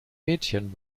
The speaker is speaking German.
mädchen